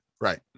Right